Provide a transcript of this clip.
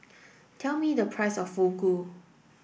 tell me the price of Fugu